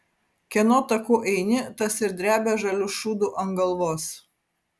kieno taku eini tas ir drebia žaliu šūdu ant galvos